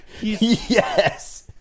yes